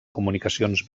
comunicacions